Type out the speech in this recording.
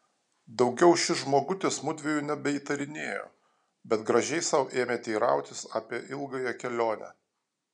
daugiau šis žmogutis mudviejų nebeįtarinėjo bet gražiai sau ėmė teirautis apie ilgąją kelionę